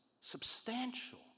substantial